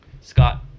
Scott